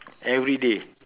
everyday